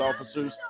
officers